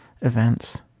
events